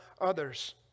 others